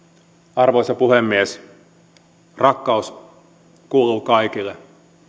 arvoisa puhemies rakkaus kuuluu kaikille